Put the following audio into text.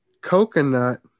coconut